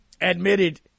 admitted